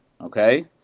Okay